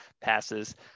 passes